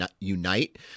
unite